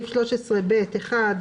ב(ב)(1)